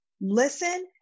Listen